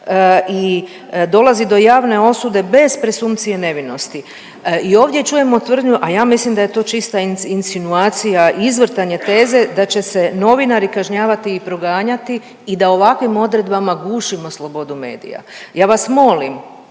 i dolazi do javne osude bez presumpcije nevinosti. I ovdje čujemo tvrdnju, a ja mislim da je to čista insinuacija, izvrtanje teze da će se novinari kažnjavati i proganjati i da ovakvim odredbama gušimo slobodu medija. Ja vas molim